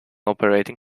operating